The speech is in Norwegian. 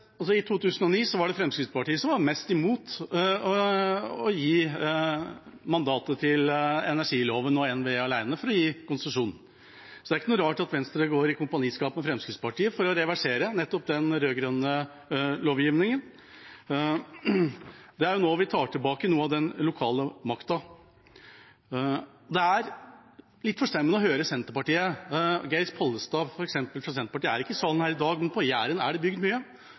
NVE alene for å gi konsesjon, så det er ikke noe rart at Venstre går i kompaniskap med Fremskrittspartiet for å reversere nettopp den rød-grønne lovgivningen. Det er nå vi tar tilbake noe av den lokale makta. Det er litt forstemmende å høre på Senterpartiet. Geir Pollestad er ikke i salen i dag, men på Jæren er det bygd mye,